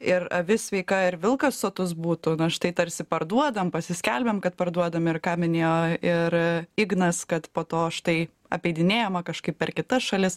ir avis sveika ir vilkas sotus būtų na štai tarsi parduodam pasiskelbiam kad parduodam ir ką minėjo ir ignas kad po to štai apeidinėjima kažkaip per kitas šalis